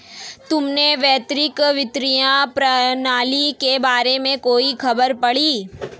तुमने वैश्विक वित्तीय प्रणाली के बारे में कोई खबर पढ़ी है?